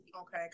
okay